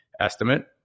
estimate